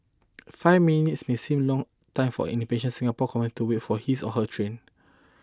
five minutes may seem long time for an impatient Singapore commuter to wait for his or her train